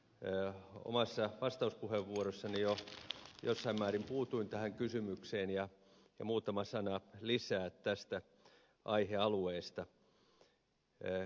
omassa vastauspuheenvuorossani jo jossain määrin puutuin tähän kysymykseen ja muutama sana lisää tästä aihealueesta